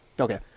Okay